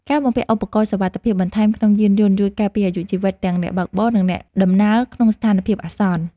ការបំពាក់ឧបករណ៍សុវត្ថិភាពបន្ថែមក្នុងយានយន្តជួយការពារអាយុជីវិតទាំងអ្នកបើកបរ និងអ្នកដំណើរក្នុងស្ថានភាពអាសន្ន។